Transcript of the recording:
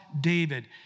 David